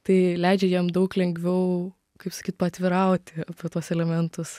tai leidžia jiem daug lengviau kaip sakyt paatvirauti apie tuos elementus